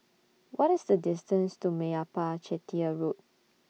What IS The distance to Meyappa Chettiar Road